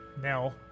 now